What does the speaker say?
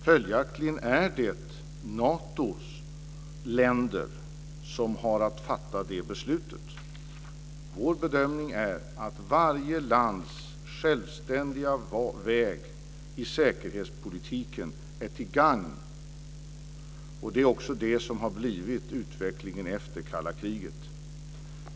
Följaktligen är det Natos länder som har att fatta det beslutet. Vår bedömning är att varje lands självständiga väg i säkerhetspolitiken är till gagn för alla. Det är också det som har blivit utvecklingen efter det kalla kriget.